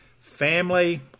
family